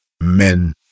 men